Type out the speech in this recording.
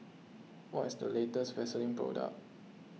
what is the latest Vaselin Product